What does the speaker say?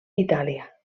itàlia